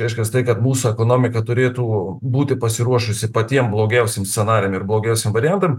reiškias tai kad mūsų ekonomika turėtų būti pasiruošusi patiem blogiausiem scenarijam ir blogiausiem variantam